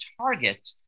target